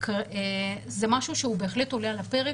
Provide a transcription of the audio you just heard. זה משהו שבהחלט עולה הפרק,